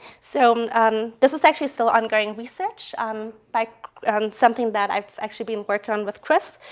so this is actually still ongoing research um by something that i've actually been working on with chris.